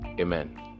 amen